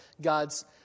God's